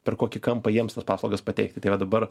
per kokį kampą jiems tas paslaugas pateikti tai va dabar